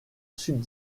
sud